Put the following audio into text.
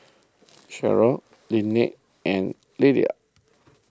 Sherilyn Lynnette and Liller